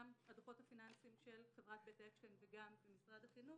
גם הדוחות הפיננסיים של חברת בית אקשטיין וגם במשרד החינוך,